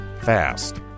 fast